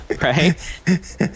right